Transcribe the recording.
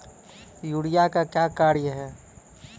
Urea का क्या कार्य हैं?